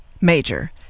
major